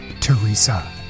Teresa